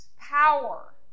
power